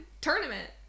Tournament